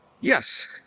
yes